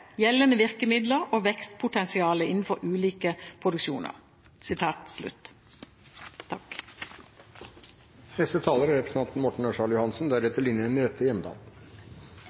gjeldende virkemidler og vekstpotensialet innenfor ulike produksjoner.»